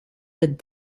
that